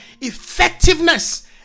effectiveness